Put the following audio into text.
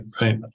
right